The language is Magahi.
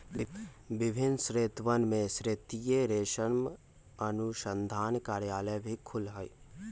विभिन्न क्षेत्रवन में क्षेत्रीय रेशम अनुसंधान कार्यालय भी खुल्ल हई